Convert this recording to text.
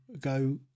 go